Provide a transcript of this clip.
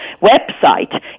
website